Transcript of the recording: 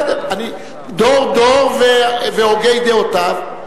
דור-דור והוגי דעותיו.